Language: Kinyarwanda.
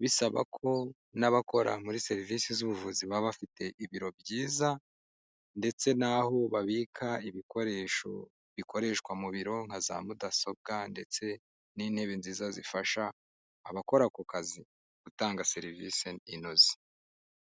bisaba ko n'abakora muri serivisi z'ubuvuzi baba bafite ibiro byiza ndetse n'aho babika ibikoresho bikoreshwa mu biro, nka za mudasobwa ndetse n'intebe nziza zifasha abakora ako kazi, gutanga serivisi inoze.